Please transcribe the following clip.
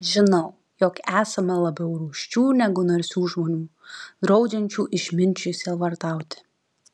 žinau jog esama labiau rūsčių negu narsių žmonių draudžiančių išminčiui sielvartauti